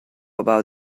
about